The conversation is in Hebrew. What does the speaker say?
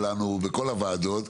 שלנו בכול הוועדות,